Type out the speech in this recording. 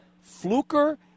Fluker